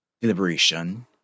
deliberation